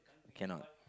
cannot